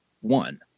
one